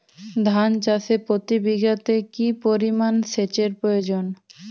ধান চাষে প্রতি বিঘাতে কি পরিমান সেচের প্রয়োজন?